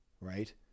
Right